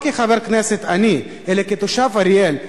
לא כחבר כנסת אלא כתושב אריאל,